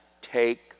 take